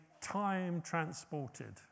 time-transported